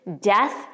death